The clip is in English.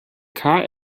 car